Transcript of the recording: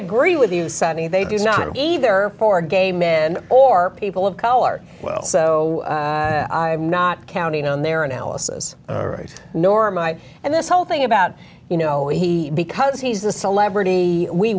agree with you sunny they do not either for gay men or people of color well so i'm not counting on their analysis nor my and this whole thing about you know because he's a celebrity we